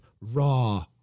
raw